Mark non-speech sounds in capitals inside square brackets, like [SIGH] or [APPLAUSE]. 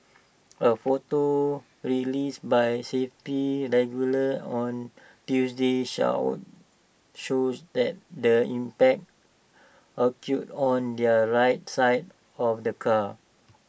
A photo released by safety regular on Tuesday [UNINTELLIGIBLE] shows that the impact occurred on the right side of the car